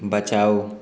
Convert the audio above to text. बचाओ